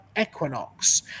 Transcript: equinox